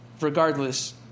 Regardless